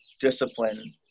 discipline